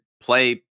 play